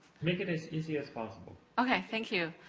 make it as easy as possible. okay, thank you.